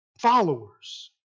Followers